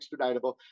extraditable